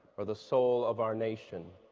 or the soul of our nation.